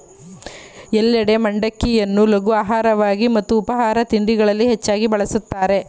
ಎಲ್ಲೆಡೆ ಮಂಡಕ್ಕಿಯನ್ನು ಲಘು ಆಹಾರವಾಗಿ ಮತ್ತು ಉಪಾಹಾರ ತಿಂಡಿಗಳಲ್ಲಿ ಹೆಚ್ಚಾಗ್ ಬಳಸಲಾಗ್ತದೆ